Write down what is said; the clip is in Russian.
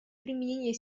применения